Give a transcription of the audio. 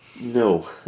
No